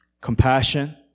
compassion